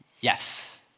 Yes